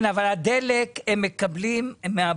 כן, הדלק הם מקבלים מהבלו.